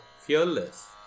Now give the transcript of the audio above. fearless